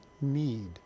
need